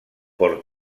por